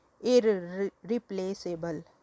irreplaceable